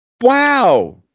wow